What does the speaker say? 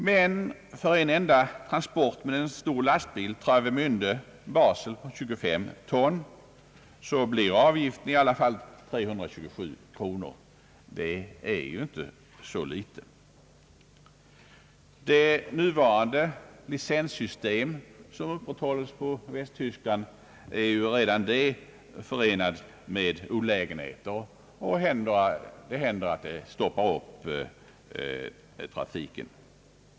Men för en enda transport på 25 ton med en stor lastbil sträckan Travemände—Basel blir avgiften i alla fall 327 kronor. Det är ju inte så litet. Det nuvarande licenssystem som upprätthålles på Västtyskland är redan det förenat med olägenheter, och det händer att det stoppar upp trafiken.